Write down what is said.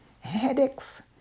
headaches